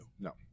No